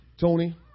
Tony